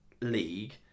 league